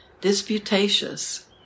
disputatious